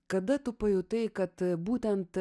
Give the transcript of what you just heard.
kada tu pajutai kad būtent